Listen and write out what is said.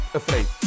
afraid